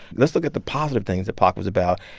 let's look at the positive things that pac was about.